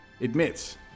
admits